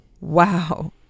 Wow